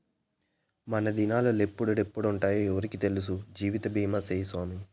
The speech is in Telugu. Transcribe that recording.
మనదినాలెప్పుడెప్పుంటామో ఎవ్వురికి తెల్సు, జీవితబీమా సేయ్యి సామీ